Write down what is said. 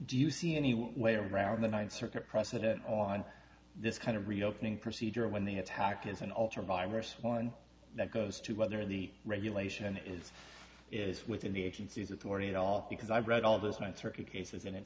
do you see any way around the ninth circuit precedent on this kind of reopening procedure when the attack is an altar of virus one that goes to whether the regulation is is within the agency's authority at all because i've read all those months or a few cases and it